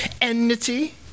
enmity